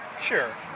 sure